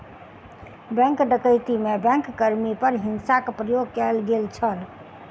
bank डकैती में bank कर्मी पर हिंसाक प्रयोग कयल गेल छल